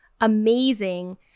Amazing